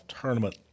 tournament